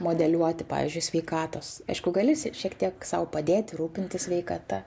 modeliuoti pavyzdžiui sveikatos aišku gali šiek tiek sau padėti rūpintis sveikata